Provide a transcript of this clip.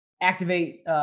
activate